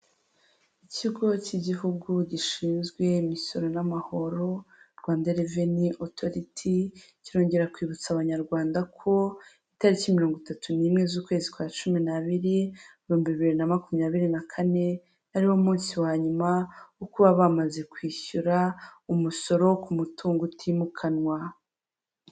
Ikigo cy'igihugu gishinzwe imisoro n'amahoro Rwanda Reveni Otoriti, kirongera kwibutsa abanyarwanda ko itariki mirongo itatu nimwe z'ukwezi kwa cumi n'abiri ibihumbi bibiri na makumyabiri na kane, ariwo munsi wa nyuma wo kuba bamaze kwishyura umusoro ku mutungo utimukanwa.